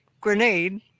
grenade